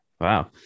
Wow